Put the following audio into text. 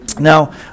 Now